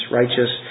righteous